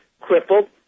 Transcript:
crippled